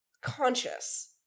conscious